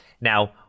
Now